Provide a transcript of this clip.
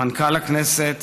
מנכ"ל הכנסת